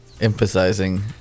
Emphasizing